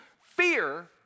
Fear